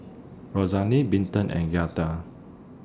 Rosalyn Milton and Giada